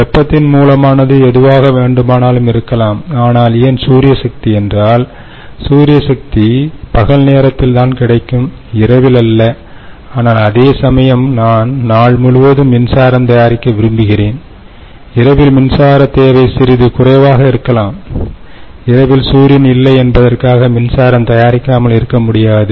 வெப்பத்தின் மூலமானது எதுவாக வேண்டுமானாலும் இருக்கலாம் ஆனால் ஏன் சூரிய சக்தி என்றால் சூரிய சக்தி பகல்நேரத்தில்தான் கிடைக்கும் இரவில் அல்ல ஆனால் அதேசமயம் நான் நாள் முழுவதும் மின்சாரம் தயாரிக்க விரும்புகிறேன் இரவில் மின்சார தேவை சிறிது குறைவாக இருக்கலாம் இரவில் சூரியன் இல்லை என்பதற்காக மின்சாரம் தயாரிக்காமல் இருக்க முடியாது